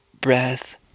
breath